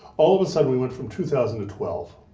all of a sudden we went from two thousand to twelve.